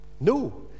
no